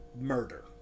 murder